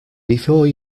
before